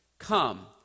Come